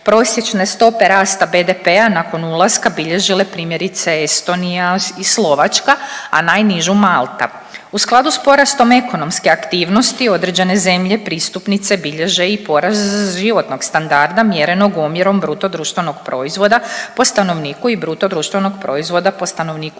prosječne stope rasta BDP-a nakon ulaska bilježile primjerice Estonija i Slovačka, a najnižu Malta. U skladu s porastom ekonomske aktivnosti određene zemlje pristupnice bilježe i porast životnog standarda mjerenog omjerom bruto društvenog proizvoda po stanovniku i bruto društvenog proizvoda po stanovniku